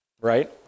right